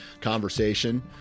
conversation